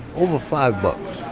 over five bucks.